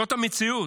זאת המציאות.